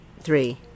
Three